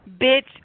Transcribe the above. bitch